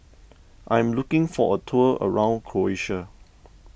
I am looking for a tour around Croatia